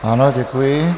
Ano, děkuji.